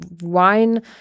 wine